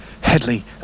Headley